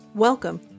Welcome